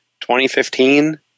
2015